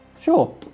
Sure